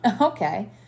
Okay